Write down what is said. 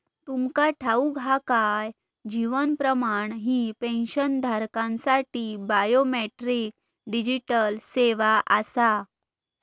तुमका ठाऊक हा काय? जीवन प्रमाण ही पेन्शनधारकांसाठी बायोमेट्रिक डिजिटल सेवा आसा